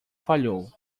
falhou